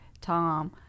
Tom